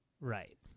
right